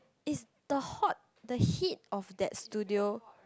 is the hot the heat of that studio